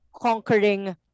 conquering